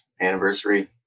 anniversary